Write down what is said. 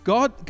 God